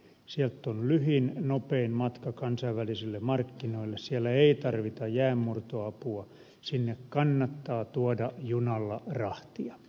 sieltä on lyhyin nopein matka kansainvälisille markkinoille siellä ei tarvita jäänmurtoapua sinne kannattaa tuoda junalla rahtia